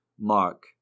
Mark